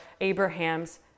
Abraham's